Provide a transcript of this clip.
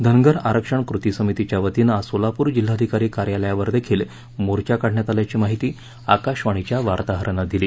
धनगर आरक्षण कृती समितीच्या वतीनं आज सोलापूर जिल्हाधिकारी कार्यालयावर देखील मोर्चा काढण्यात आल्याची माहिती आकशवाणी वार्ताहरांनी दिली